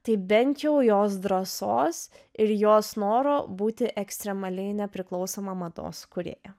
tai bent jau jos drąsos ir jos noro būti ekstremaliai nepriklausoma mados kūrėja